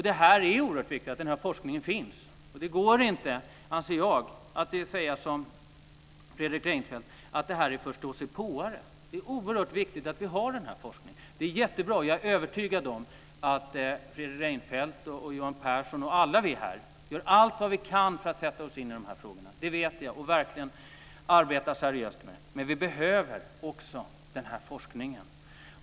Det är oerhört viktigt att den här forskningen finns. Det går inte att säga som Fredrik Reinfeldt att det är förståsigpåare. Det är som sagt oerhört viktigt att vi har den här forskningen. Det är jättebra. Jag är övertygad om att Fredrik Reinfeldt och Johan Pehrson och alla vi här gör allt vad vi kan för att sätta oss in i de här frågorna och verkligen arbetar seriöst med dem. Men vi behöver också den här forskningen.